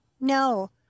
No